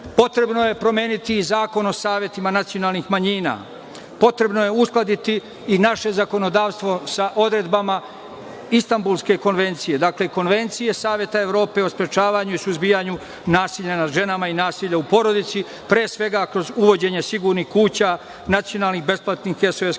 itd. Potrebno je promeniti i Zakon o savetima nacionalnih manjina. Potrebno je uskladiti i naše zakonodavstvo sa odredbama Istanbulske konvencije, Konvencije Saveta Evrope o sprečavanju i suzbijanju nasilja nad ženama i nasilja u porodici, pre svega kroz uvođenje sigurnih kuća, nacionalnih besplatnih SOS kanala. Moramo